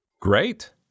Great